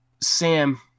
Sam